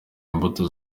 imbuto